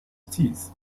teeth